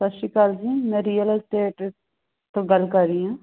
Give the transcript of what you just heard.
ਸਤਿ ਸ਼੍ਰੀ ਅਕਾਲ ਜੀ ਮੈਂ ਰੀਅਲ ਸਟੇਟ ਤੋਂ ਗੱਲ ਕਰ ਰਹੀ ਹਾਂ